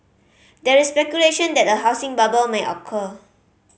there is speculation that a housing bubble may occur